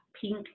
Pink